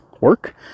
work